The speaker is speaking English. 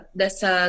dessa